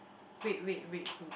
red red red blue